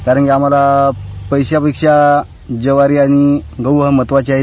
कारण की आम्हाला पैस्यांपेक्षा ज्वारी आणि गहू हा महत्त्वाचा आहे